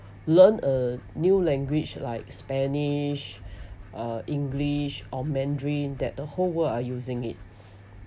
learn a new language like spanish uh english or mandarin that the whole world are using it